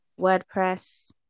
WordPress